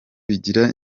bigira